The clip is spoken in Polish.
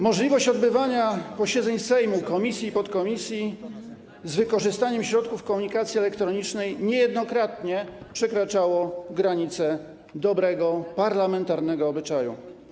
Możliwość odbywania posiedzeń Sejmu, komisji i podkomisji z wykorzystaniem środków komunikacji elektronicznej niejednokrotnie przekraczała granice dobrego parlamentarnego obyczaju.